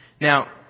Now